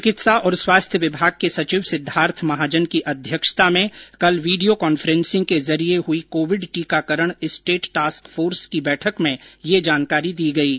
चिकित्सा और स्वास्थ्य विभाग के सचिव सिद्धार्थ महाजन की अध्यक्षता में कल वीडियो कान्फेंसिंग के जरिये हई कोविड टीकाकरण स्टेट टास्क फोर्स की बैठक में यह जानकारी दी गयी